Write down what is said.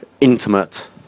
intimate